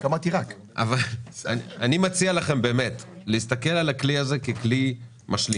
אני מציע לכם להסתכל על הכלי הזה ככלי משלים